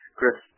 Chris